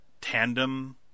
tandem